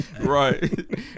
Right